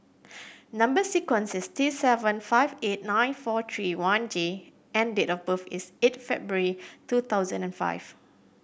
number sequence is T seven five eight nine four three one J and date of birth is eight February two thousand and five